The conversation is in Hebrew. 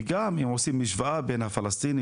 וגם אם עושים השוואה בין הפלסטינים